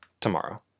tomorrow